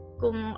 kung